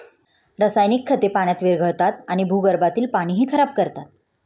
रासायनिक खते पाण्यात विरघळतात आणि भूगर्भातील पाणीही खराब करतात